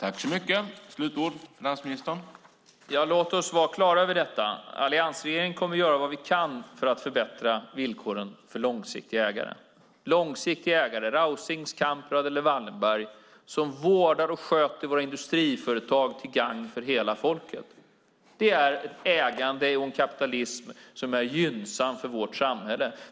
Herr talman! Låt oss vara klara över detta: Vi i alliansregeringen kommer att göra vad vi kan för att förbättra villkoren för långsiktiga ägare. Jag menar långsiktiga ägare som Rausings, Kamprads eller Wallenbergs, som vårdar och sköter våra industriföretag till gagn för hela folket. Det är ett ägande och en kapitalism som är gynnsam för vårt samhälle.